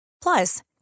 Plus